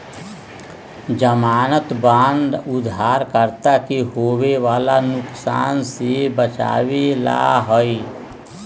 ज़मानत बांड उधारकर्ता के होवे वाला नुकसान से बचावे ला हई